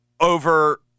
over